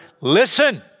Listen